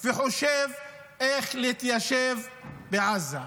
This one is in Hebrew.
וחושב איך להתיישב בעזה.